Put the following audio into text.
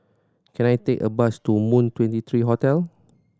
can I take a bus to Moon Twenty three Hotel